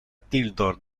tildor